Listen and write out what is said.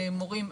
למורים.